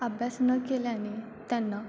अभ्यास न केल्याने त्यांना